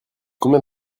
combien